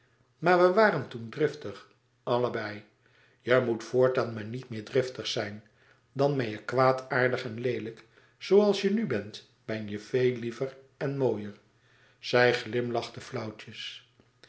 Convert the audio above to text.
maar we waren toen driftig allebei je moet voortaan maar niet meer driftig zijn dan ben je kwaadaardig en leelijk zooals je nu bent ben je veel liever en mooier zij glimlachte flauwtjes